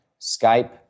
Skype